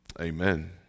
amen